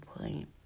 point